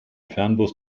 fernbus